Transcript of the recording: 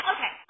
Okay